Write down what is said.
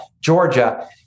Georgia